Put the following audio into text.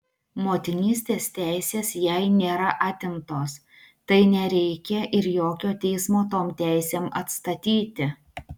motinystės teisės jai nėra atimtos tai nereikia ir jokio teismo tom teisėm atstatyti